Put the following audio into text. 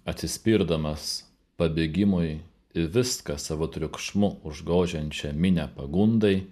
atsispirdamas pabėgimui į viską savo triukšmu užgožiančią minią pagundai